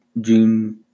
June